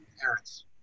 parents